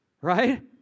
right